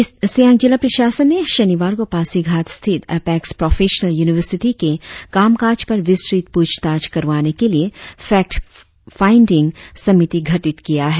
east Siang जिला प्रशासन ने शनिवार को पासीघाट स्थित अपेक्स प्रोफेशनल यूनिवर्सिटी के कामकाज पर विस्तृत पुछताछ करवाने के लिए फेक्ट फाइडिंग समिति गठित किया है